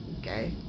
Okay